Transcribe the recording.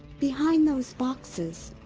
behind those boxes!